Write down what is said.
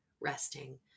resting